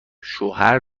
شوهر